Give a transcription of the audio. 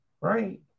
Right